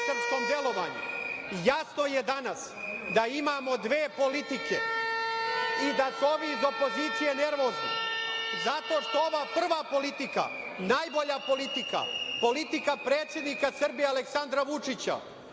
antisrpskom delovanju. Jasno je danas da imamo dve politike i da su ovi iz opozicije nervozni zato što ova prva politika je najbolja politika, politika predsednika Srbije Aleksandra Vučića